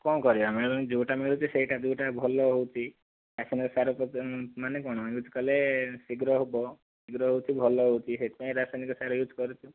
କ'ଣ କରିବା ମିଳୁନି ଯେଉଁଟା ମିଳୁଛି ସେଇଟା ଯେଉଁଟା ଭଲ ହେଉଛି ତା ସାଙ୍ଗରେ ସାର ମାନେ କ'ଣ ୟୁଜ୍ କଲେ ଶୀଘ୍ର ହେବ ଶୀଘ୍ର ହେଉଛି ଭଲ ହେଉଛି ସେଥିପାଇଁ ରାସାୟନିକ ସାର ୟୁଜ୍ କରୁଛୁ